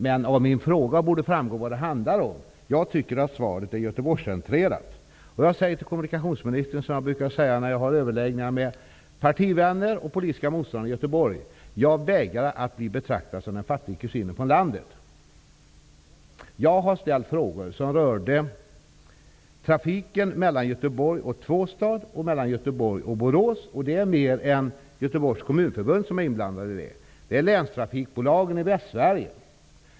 Men det borde framgå av min fråga vad det handlar om. Jag tycker att svaret är Göteborgscentrerat. Jag säger till kommunikationsministern som jag brukar säga när jag har överläggningar med partivänner och politiska motståndare i Göteborg: Jag vägrar att bli betraktad som den fattige kusinen från landet. Jag har ställt frågor som rör trafiken mellan Det är fler än Göteborgs kommunförbund som är inblandade i dessa frågor, nämligen länstrafikbolagen i Västsverige.